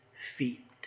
feet